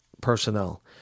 personnel